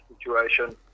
situation